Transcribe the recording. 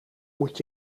moet